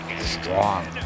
Strong